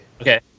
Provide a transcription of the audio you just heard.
Okay